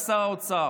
כשהיה שר האוצר.